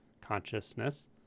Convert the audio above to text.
consciousness